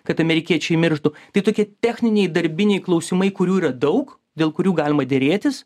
kad amerikiečiai mirštų tai tokie techniniai darbiniai klausimai kurių yra daug dėl kurių galima derėtis